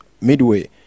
midway